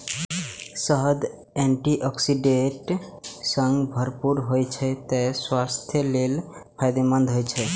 शहद antioxidant सं भरपूर होइ छै, तें स्वास्थ्य लेल फायदेमंद होइ छै